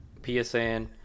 PSN